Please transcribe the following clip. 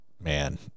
Man